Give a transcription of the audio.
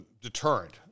deterrent